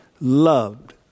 loved